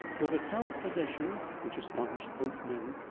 with a self-possession which astonished both men,